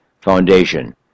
Foundation